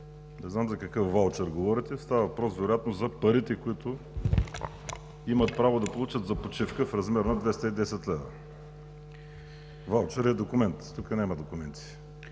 Не знам за какъв ваучер говорите? Става въпрос вероятно за парите, които имат право да получат за почивка, в размер на 210 лв. Ваучерът е документ. Тук няма документи